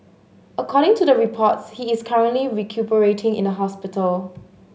according to the reports he is currently recuperating in the hospital